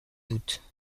doute